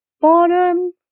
bottom